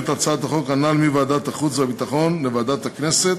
את ההצעה הנ"ל מוועדת החוץ והביטחון לוועדת הכנסת.